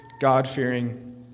God-fearing